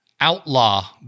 outlaw